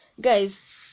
guys